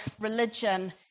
religion